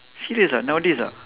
serious ah nowadays ah